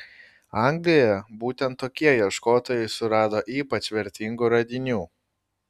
anglijoje būtent tokie ieškotojai surado ypač vertingų radinių